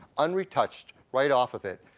unretouched right off of it,